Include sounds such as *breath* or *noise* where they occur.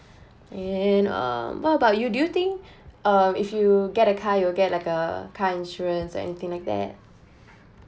then um what about you do you think *breath* um if you get a car you will get like a car insurance or anything like that